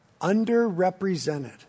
underrepresented